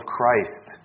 Christ